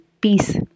peace